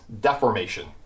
deformation